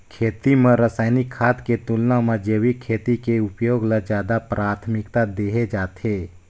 खेती म रसायनिक खाद के तुलना म जैविक खेती के उपयोग ल ज्यादा प्राथमिकता देहे जाथे